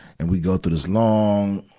and we go through this long,